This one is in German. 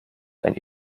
einen